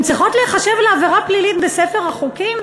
הן צריכות להיחשב לעבירה פלילית בספר החוקים?